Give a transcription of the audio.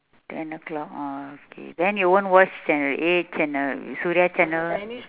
ten o'clock oh okay then you won't watch channel eight channel suria channel